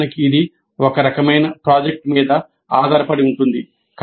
వాస్తవానికి ఇది ఒక రకమైన ప్రాజెక్ట్ మీద ఆధారపడి ఉంటుంది